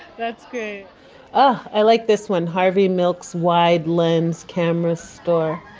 that's great oh, i like this one. harvey milk's wide-lens camera store.